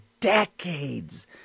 decades